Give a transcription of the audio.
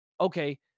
okay